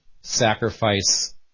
sacrifice